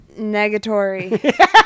Negatory